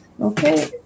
Okay